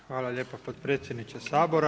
Hvala lijepa potpredsjedniče Sabora.